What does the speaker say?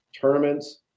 tournaments